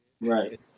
Right